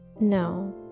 No